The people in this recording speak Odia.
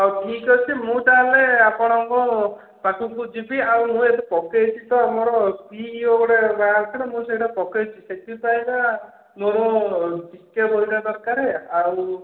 ହଉ ଠିକ୍ ଅଛି ମୁଁ ତାହେଲେ ଆପଣଙ୍କ ପାଖକୁ ଯିବି ଆଉ ଗୋଟେ ପକେଇଛି ତ ଆମର ପି ଇ ଓ ଗୋଟେ ବାହାରିଥିଲା ମୁଁ ସେଇଟା ପକେଇଛି ସେଇଥିପାଇଁକା ମୋ ଜି କେ ବହିଟା ଦରକାର ଆଉ